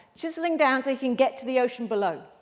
chiseling down so he can get to the ocean below.